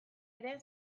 ere